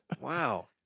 Wow